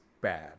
bad